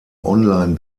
online